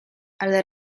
ale